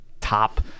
Top